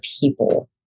people